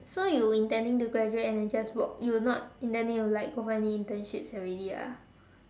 so you intending to graduate and then just work you not intending to like go for any internships already ah